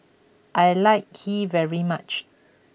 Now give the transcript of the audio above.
I like Kheer very much